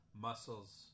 muscles